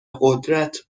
قدرت